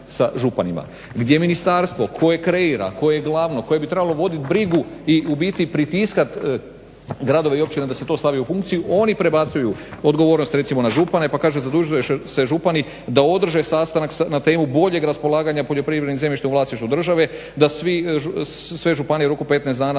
sa županima gdje ministarstvo koje kreira, koje je glavno, koje bi trebalo vodit brigu i u biti pritiskat gradove i općine da se to stavi u funkciju oni prebacuju odgovornost recimo na župane, pa kaže zadužuju se župani da održe sastanak na temu boljeg raspolaganja poljoprivrednim zemljištem u vlasništvu države, da sve županije u roku od 15 dana